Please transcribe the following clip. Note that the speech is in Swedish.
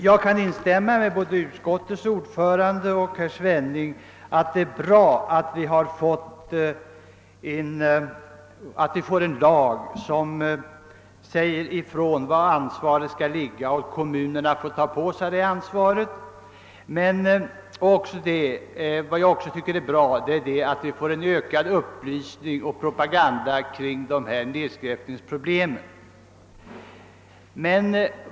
Jag kan instämma med såväl utskottets ordförande som herr Svenning i att det är bra att vi får en lag som säger ifrån var ansvaret skall ligga och att kommunerna får ta på sig detta ansvar. Vad som också är bra är att vi kommer att få en ökad upplysning och propaganda kring våra nedskräpningsproblem.